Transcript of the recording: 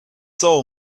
soul